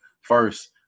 first